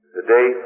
Today